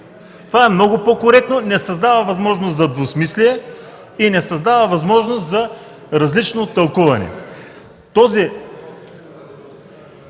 Това е много по-коректно, не създава възможност за двусмислие и не създава възможност за различно тълкуване.